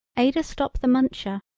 aider stop the muncher,